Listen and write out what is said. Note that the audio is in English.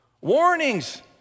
Warnings